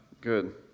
Good